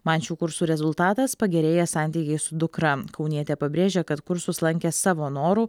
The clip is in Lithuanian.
man šių kursų rezultatas pagerėję santykiai su dukra kaunietė pabrėžia kad kursus lankė savo noru